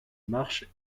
marches